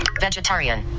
vegetarian